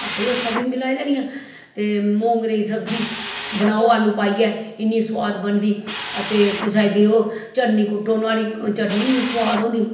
आखा दी अच्छा फिर में लाई लैन्नी आं ते मोंगरें दी सब्जी बनाओ आलू पाइयै इन्नी सोआद बनदी अते कुसै गी देओ चटनी कुट्टो नोहाड़ी चटनी इन्नी सोआद होंदी